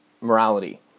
morality